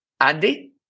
Andy